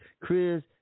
Chris